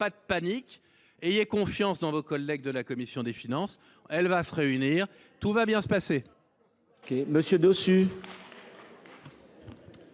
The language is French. pas de panique : ayez confiance en vos collègues de la commission des finances. Celle ci va se réunir et tout va bien se passer.